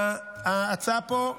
ההצעה פה,